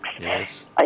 Yes